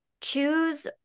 choose